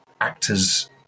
actors